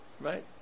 Right